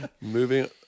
Moving